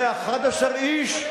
ל-11 איש,